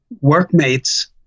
workmates